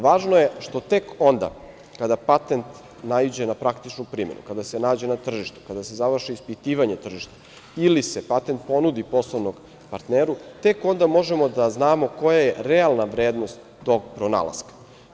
Važno je što tek onda kada patent naiđe na praktičnu primenu, kada se nađe na tržištu, kada se završi ispitivanje tržišta ili se patent ponudi poslovnom partneru, tek onda možemo da znamo koja je realna vrednost tog pronalaska.